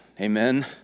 Amen